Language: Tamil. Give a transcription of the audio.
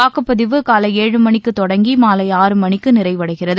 வாக்குப்பதிவு காலை ஏழு மணிக்கு தொடங்கி மாலை ஆறு மணிக்கு நிறைவடைகிறது